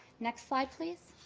next slide, please.